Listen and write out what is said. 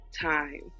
time